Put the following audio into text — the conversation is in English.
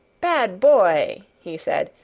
bad boy! he said,